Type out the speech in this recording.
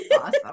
Awesome